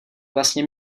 vlastně